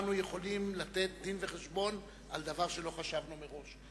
כולנו יכולים לתת דין-וחשבון על דבר שלא חשבנו מראש.